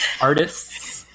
artists